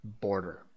border